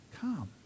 come